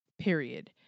Period